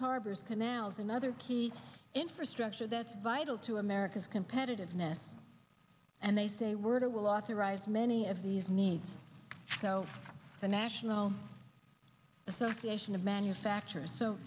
harbors canals another key infrastructure that's vital to america's competitiveness and they say were to will authorize many of these needs though the national association of manufacturers so